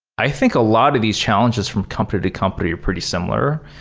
i think a lot of these challenges from company to company are pretty similar.